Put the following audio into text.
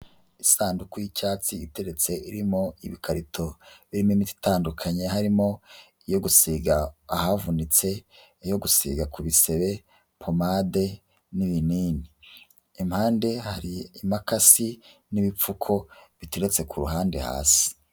Isanduku y'icyatsi iteretse irimo ibikarito birimo imiti itandukanye harimo iyo gusiga ahavunitse, yogusigaya ku bisebe, pomade ,n'ibinini. Ku mpande hari imakasi n'ibipfuko biteretse ku ruhande hasi.